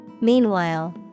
Meanwhile